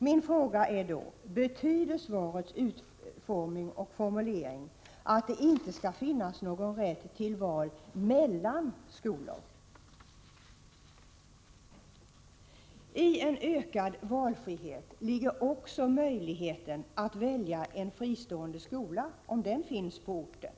Min fråga blir då: Betyder formuleringen i svaret att det inte skall finnas någon rätt till val mellan skolor? I en ökad valfrihet ligger också möjligheten att välja en fristående skola om en sådan finns på orten.